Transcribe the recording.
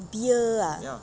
beer ah